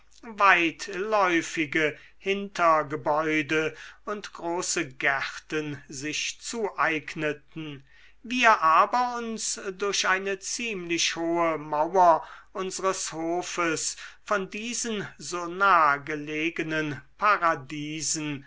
weitläufige hintergebäude und große gärten sich zueigneten wir aber uns durch eine ziemlich hohe mauer unsres hofes von diesen so nah gelegenen paradiesen